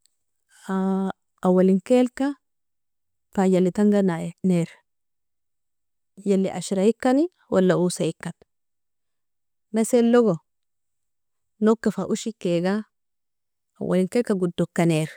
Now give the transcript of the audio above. - awalinkelka fa jalitanga nair, ashraikani wala osaikani, meselogo nogka fa ushikega awalinkelka godoka nair